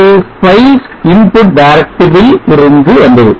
இது spice input directive ல் இருந்து வந்தது